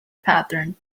pattern